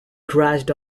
crashed